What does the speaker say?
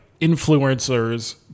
influencers